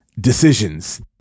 Decisions